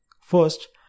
First